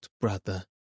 brother